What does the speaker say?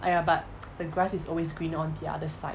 !aiya! but the grass is always green on the other side